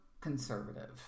conservative